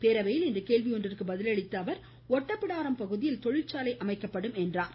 பேரவையில் கேள்வி ஒன்றிற்கு பதில் அளித்த அவர் ஒட்டப்பிடாரம் பகுதியில் தொழிற்சாலை அமைக்கப்படும் என்றார்